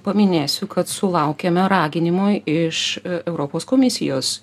paminėsiu kad sulaukėme raginimo iš europos komisijos